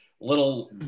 little